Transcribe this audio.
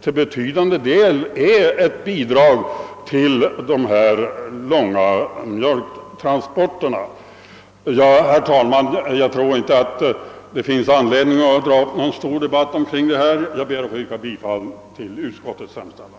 till betydande del är ett bidrag till kostnaderna för de långa mjölktransporterna. Herr talman! Jag tror inte att det finns anledning att dra upp någon stor debatt kring dessa spörsmål, utan jag ber att få yrka bifall till utskottets hemställan.